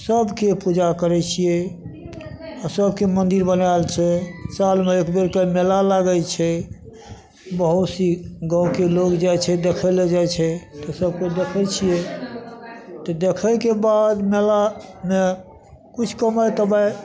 सबके पूजा करै छियै आ सबके मन्दिर बनायल छै सालमे एक बेर कऽ मेला लागै छै बहुत सी गाँवके लोग जाइ छै देखै लए जाइ छै तऽ सबके देखै छियै तऽ देखैके बाद मेलामे किछु कमाइ तमाइ